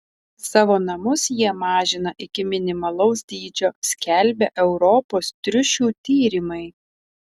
savo namus jie mažina iki minimalaus dydžio skelbia europos triušių tyrimai